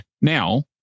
Now